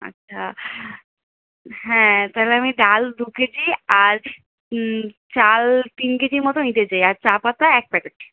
আচ্ছা হ্যাঁ তাহলে আমি ডাল দু কেজি আর চাল তিন কেজি মতো নিতে চাই আর চা পাতা এক প্যাকেট